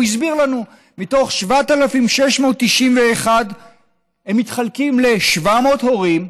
הוא הסביר לנו: 7,691 מתחלקים ל-700 הורים,